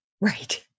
Right